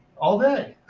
all day.